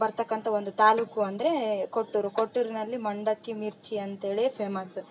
ಬರತಕ್ಕಂಥ ಒಂದು ತಾಲೂಕು ಅಂದರೆ ಕೊಟ್ಟೂರು ಕೊಟ್ಟೂರಿನಲ್ಲಿ ಮಂಡಕ್ಕಿ ಮಿರ್ಚಿ ಅಂತೇಳೇ ಫೇಮಸ